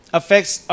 affects